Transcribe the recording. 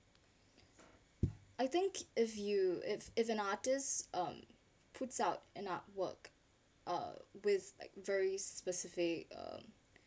I think if you if if an artist um puts out an artwork uh with like very specific um